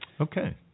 Okay